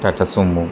Tata sumo